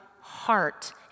heart